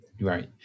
Right